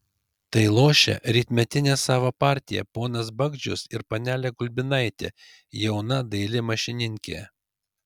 tai lošia rytmetinę savo partiją ponas bagdžius ir panelė gulbinaitė jauna daili mašininkė